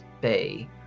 bay